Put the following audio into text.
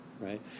right